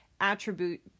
attribute